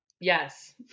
Yes